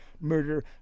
murder